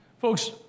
Folks